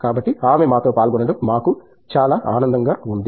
కాబట్టి ఆమె మాతో పాల్గొనడం మాకు చాలా ఆనందంగా ఉంది